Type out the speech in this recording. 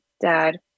dad